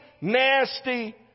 nasty